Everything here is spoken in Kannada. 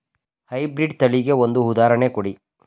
ಹೈ ಬ್ರೀಡ್ ತಳಿಗೆ ಒಂದು ಉದಾಹರಣೆ ಕೊಡಿ?